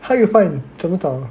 how you find 怎么找的